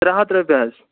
ترٛےٚ ہَتھ رۄپیہِ حظ